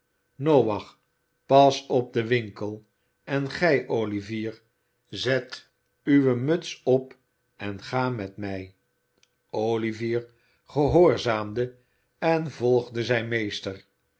noach pas op den winkel en gij olivier zet uwe muts op en ga met mij olivier gehoorzaamde en volgde zijn meester